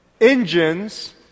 engines